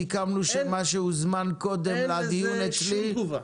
סיכמנו שמה שהוזמן קודם לדיון אצלי --- אין לזה שום תגובה.